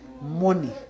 money